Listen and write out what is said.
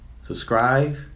Subscribe